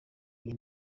iyi